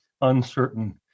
uncertain